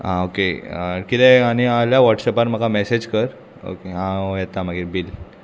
आं ओके किदें आनी आहा जाल्यार वॉट्सॅपार म्हाका मॅसेज कर ओके हांव येता मागीर बील